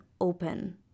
open